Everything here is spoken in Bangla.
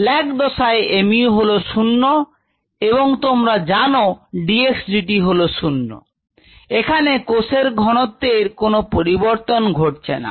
Lag দসায় mu হল 0 এবং তোমরা জান d x dt হলো 0 এখানে কোষের ঘনত্বের কোন পরিবর্তন ঘটছে না